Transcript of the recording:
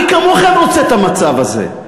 אני כמוכם רוצה את המצב הזה.